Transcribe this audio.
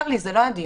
צר לי, זה לא הדיון.